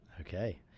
Okay